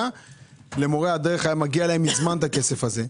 למורי הדרך מגיע מזמן הכסף הזה.